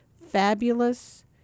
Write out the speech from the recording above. fabulous